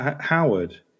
Howard